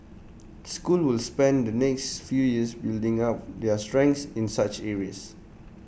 schools will spend the next few years building up their strengths in such areas